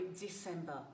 December